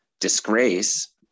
disgrace